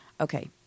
Okay